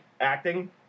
acting